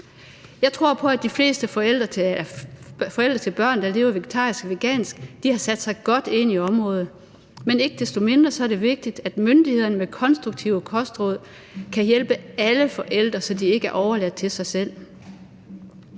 Jeg tror på, at de fleste forældre til børn, der lever vegetarisk og vegansk, har sat sig godt ind i området, men ikke desto mindre er det vigtigt, at myndighederne med konstruktive kostråd kan hjælpe alle forældre, så de ikke er overladt til sig selv